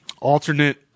alternate